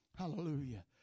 Hallelujah